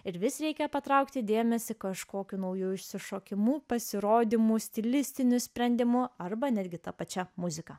ir vis reikia patraukti dėmesį kažkokių naujų išsišokimų pasirodymų stilistinių sprendimų arba netgi ta pačia muzika